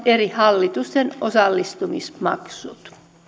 eri hallitusten osallistumismaksut